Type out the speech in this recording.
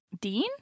Dean